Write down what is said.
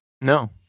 No